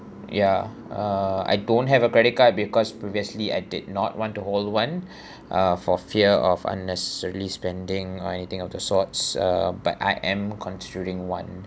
yeah uh I don't have a credit card because previously I did not want to hold one uh for fear of unnecessarily spending or anything of the sorts uh but I am considering one